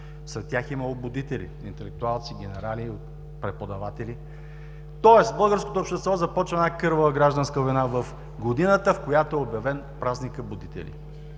Сред тях е имало будители, интелектуалци, генерали, преподаватели. Тоест българското общество започва една кървава гражданска война в годината, в която е обявен празникът Будители,